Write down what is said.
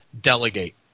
delegate